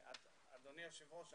אדוני היושב ראש,